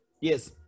Yes